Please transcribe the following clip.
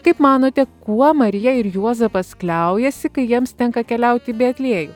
kaip manote kuo marija ir juozapas kliaujasi kai jiems tenka keliauti į betliejų